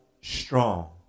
strong